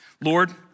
Lord